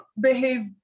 behave